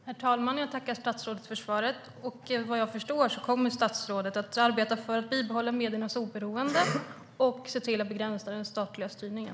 Herr talman! Jag tackar statsrådet för svaret. Vad jag förstår kommer statsrådet att arbeta för att bibehålla mediernas oberoende och att se till att begränsa den statliga styrningen.